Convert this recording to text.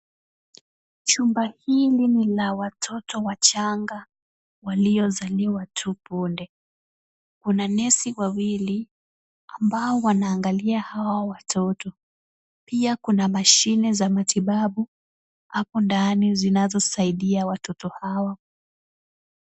Chumba hili ni la watoto wachanga waliozaliwa tu punde, kuna nesi wawili ambao wanaangalia hao watoto, pia kuna mashine za matibabu hapo ndani zinazosaidia watoto hawa.